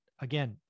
again